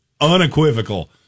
unequivocal